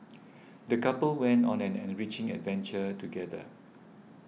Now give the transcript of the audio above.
the couple went on an enriching adventure together